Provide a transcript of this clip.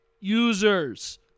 users